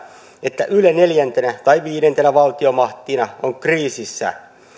että yle neljäntenä tai viidentenä valtiomahtina on kriisissä